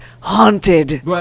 haunted